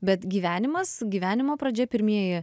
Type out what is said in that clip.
bet gyvenimas gyvenimo pradžia pirmieji